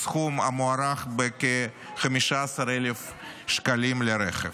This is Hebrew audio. בסכום המוערך בכ-15,000 שקלים לרכב.